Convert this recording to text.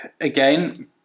Again